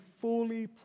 fully